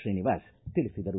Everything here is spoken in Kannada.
ಶ್ರೀನಿವಾಸ ತಿಳಿಸಿದರು